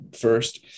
first